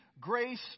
grace